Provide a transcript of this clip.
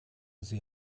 sie